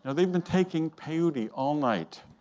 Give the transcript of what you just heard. and they've been taking peyote all night.